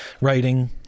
writing